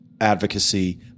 advocacy